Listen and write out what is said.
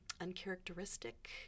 uncharacteristic